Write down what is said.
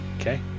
Okay